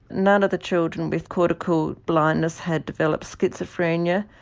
none of the children with cortical blindness had developed schizophrenia,